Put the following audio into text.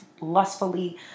lustfully